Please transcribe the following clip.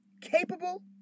Capable